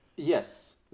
Yes